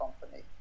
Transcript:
company